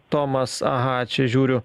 tomas aha čia žiūriu